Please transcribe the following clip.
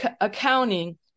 accounting